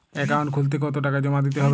Account খুলতে কতো টাকা জমা দিতে হবে?